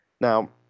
Now